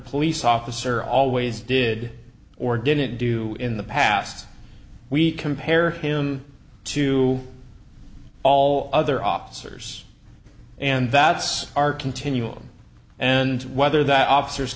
police officer always did or didn't do in the past we compare him to all other officers and that's our continuum and whether that officers